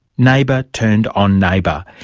neighbour turned on neighbour.